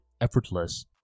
effortless